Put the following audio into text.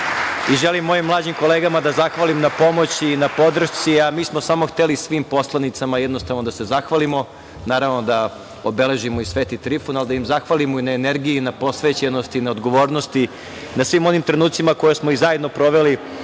i želim mojim mlađim kolegama da zahvalim na pomoći i podršci, a mi smo samo hteli svim poslanicama jednostavno da se zahvalimo, naravno da obeležimo i Sveti Trifun, ali i da im zahvalimo i na energiji i na posvećenosti i na odgovornosti, na svim onim trenucima koje smo i zajedno proveli